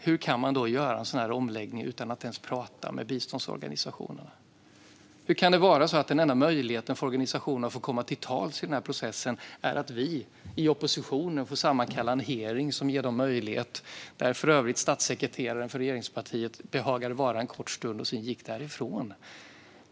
Hur kan man då göra en sådan här omläggning utan att ens prata med biståndsorganisationerna? Hur kan det vara så att den enda möjligheten för organisationerna att komma till tals i denna process är att vi i oppositionen sammankallar en hearing, där statssekreteraren för regeringspartiet för övrigt behagade vara en kort stund för att sedan gå därifrån?